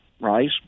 right